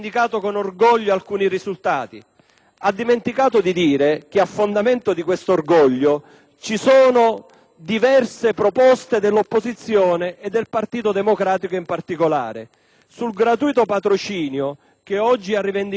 ha dimenticato di dire che a fondamento di questo orgoglio ci sono diverse proposte dell'opposizione e, in particolare, del Partito Democratico. Sul gratuito patrocinio, che oggi ha rivendicato a fondamento di una scelta,